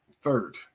third